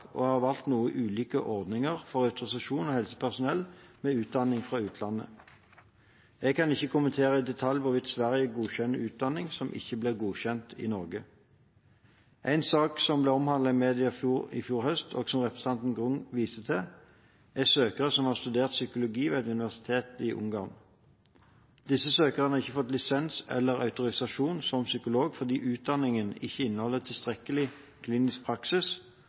og har valgt noe ulike ordninger for autorisasjon av helsepersonell med utdanning fra utlandet. Jeg kan ikke kommentere i detalj hvorvidt Sverige godkjenner utdanning som ikke blir godkjent i Norge. En sak som ble omtalt i media i fjor høst, og som representanten Grung viser til, er søkere som har studert psykologi ved et universitet i Ungarn. Disse søkerne har ikke fått lisens eller autorisasjon som psykolog fordi utdanningen ikke inneholder tilstrekkelig klinisk praksis,